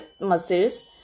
muscles